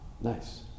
nice